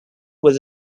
was